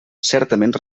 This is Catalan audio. certament